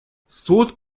суд